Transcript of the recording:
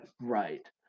Right